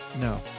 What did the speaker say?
No